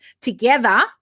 together